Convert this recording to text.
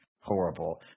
horrible